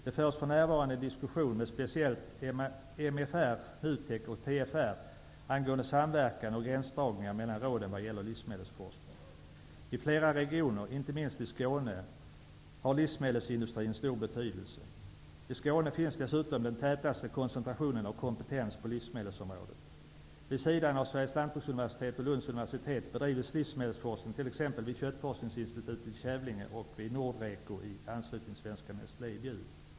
Det förs för närvarande en diskussion om speciellt MFR, I flera regioner, inte minst i Skåne, har livsmedelsindustrin stor betydelse. I Skåne finns dessutom den tätaste koncentrationen av kompetens på livsmedelsområdet. Vid sidan av Sveriges Lantbruksuniversitet och Lunds universitet bedrivs livsmedelsforskning t.ex. vid Nordreco i anslutning till Svenska Nestlé i Bjuv.